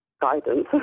guidance